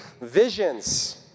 visions